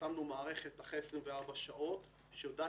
לשאלה של חברת הכנסת סטרוק, אתה רוצה